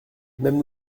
même